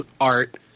art